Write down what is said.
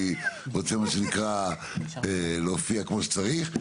אני רוצה, מה שנקרא, להופיע כמו שצריך.